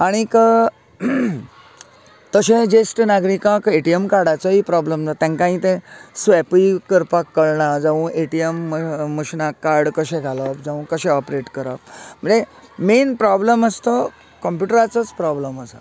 आनीक तशें जेश्ट नागरिकाक एटीएम कार्डाचोय प्राॅब्लम जाता तेंकांय तें स्वेपिंग करपाक कळना जांवू एटीएम मशीनाक कार्ड कशें घालप जावूं कशें अपडेट करप म्हणल्यार मेन प्राॅब्लम आसा तो कम्प्युटराचोच प्राॅब्लम आसा